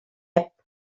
app